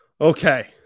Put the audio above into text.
Okay